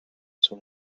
sur